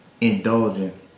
indulging